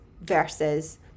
versus